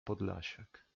podlasiak